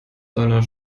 seiner